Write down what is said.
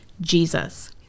Jesus